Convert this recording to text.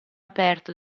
aperto